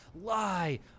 lie